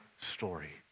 story